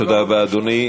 תודה רבה, אדוני.